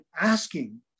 asking